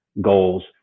goals